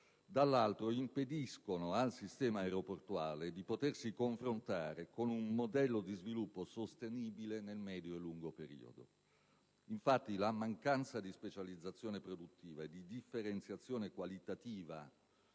dall'altro impediscono al sistema aeroportuale di potersi confrontare con un modello di sviluppo sostenibile nel medio e lungo periodo. Infatti, la mancanza di specializzazione produttiva e di differenziazione qualitativa